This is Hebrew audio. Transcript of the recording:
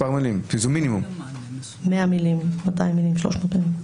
100 מילים, 200 מילים, 300 מילים.